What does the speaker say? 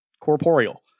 corporeal